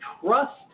trust